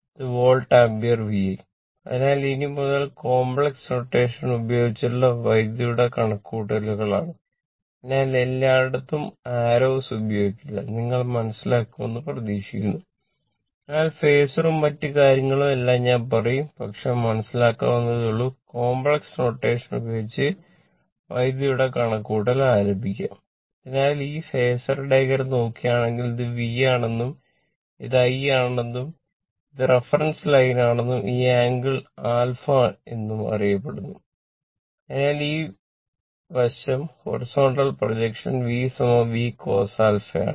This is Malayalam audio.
ഇത് വോൾട്ട് ആമ്പിയർ VI അതിനാൽ ഇനി മുതൽ കോംപ്ലക്സ് നൊട്ടേഷൻ മറ്റ് കാര്യങ്ങളും എല്ലാം ഞാൻ പറയും പക്ഷേ മനസ്സിലാക്കാവുന്നതേയുള്ളൂ കോംപ്ലക്സ് നൊട്ടേഷൻ ഉപയോഗിച്ച് വൈദ്യുതിയുടെ കണക്കുകൂട്ടൽ ആരംഭിക്കാം അതിനാൽ ഈ ഫാസർ V VCos α ആണ്